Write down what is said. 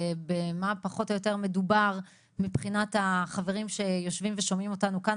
במה פחות או יותר מדובר מבחינת החברים שיושבים ושומעים אותנו כאן.